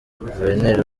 guverineri